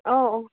অঁ অঁ